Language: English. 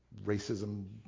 racism